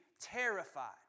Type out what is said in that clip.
terrified